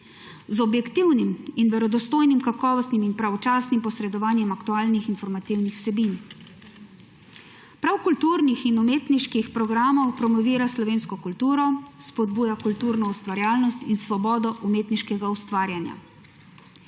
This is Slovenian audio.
z objektivnim in verodostojnim kakovostnim in pravočasnim posedovanjem aktualnih informativnih vsebin. Prav s kulturnim in umetniškim programom promovira slovensko kulturo, spodbuja kulturno ustvarjalnost in svobodo umetniškega ustvarjanja.